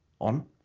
on